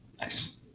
Nice